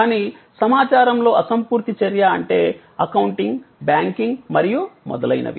కానీ సమాచారంలో అసంపూర్తి చర్య అంటే అకౌంటింగ్ బ్యాంకింగ్ మరియు మొదలైనవి